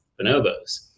Bonobos